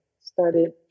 started